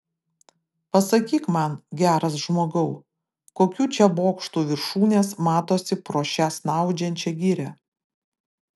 pasakyk man geras žmogau kokių čia bokštų viršūnės matosi pro šią snaudžiančią girią